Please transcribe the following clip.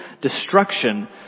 destruction